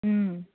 ꯎꯝ